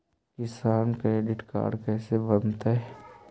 किसान credit card कैसे बनतै?